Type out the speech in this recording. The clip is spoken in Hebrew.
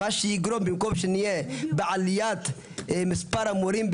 במקום שנהיה בעלייה במספר המורים,